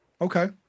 Okay